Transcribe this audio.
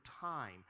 time